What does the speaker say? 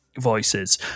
voices